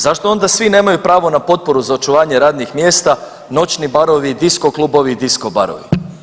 Zašto onda svi nemaju pravo na potporu za očuvanje radnih mjesta, noćni barovi, disko klubovi i disko barovi?